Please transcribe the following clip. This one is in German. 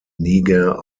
niger